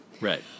right